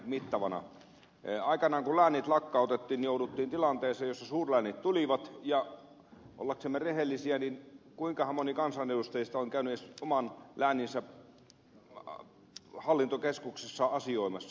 aikanaan kun läänit lakkautettiin jouduttiin tilanteeseen jossa suurläänit tulivat ja ollaksemme rehellisiä kuinkahan moni kansanedustajista on käynyt edes oman lääninsä hallintokeskuksessa asioimassa